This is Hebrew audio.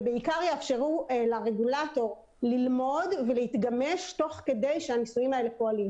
ובעיקר יאפשרו לרגולטור ללמוד ולהתגמש תוך כדי שהניסויים האלה פועלים,